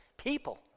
people